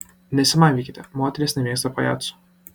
nesimaivykite moterys nemėgsta pajacų